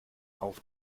auf